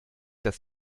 dass